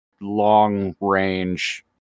long-range